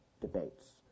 debates